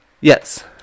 Yes